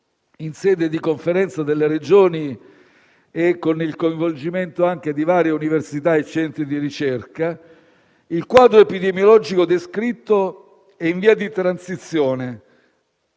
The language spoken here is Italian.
in sede di Conferenza delle Regioni, con il coinvolgimento di varie università e centri di ricerca, il quadro epidemiologico descritto è in via di transizione